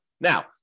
Now